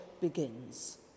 begins